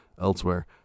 elsewhere